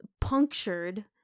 punctured